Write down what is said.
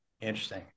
interesting